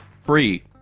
free